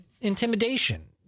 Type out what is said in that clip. intimidation